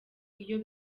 iyo